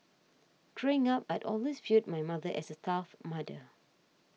drink up I'd always viewed my mother as a tough mother